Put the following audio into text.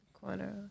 corner